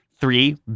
Three